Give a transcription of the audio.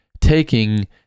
taking